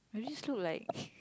no it just look like